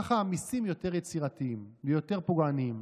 ככה המיסים יותר יצירתיים ויותר פוגעניים.